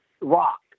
rock